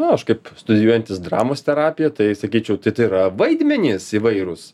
nu aš kaip studijuojantis dramos terapiją tai sakyčiau tai tai yra vaidmenys įvairūs